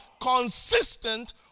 consistent